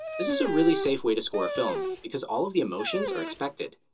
this is a really safe way to score a film, because all of the emotions are expected.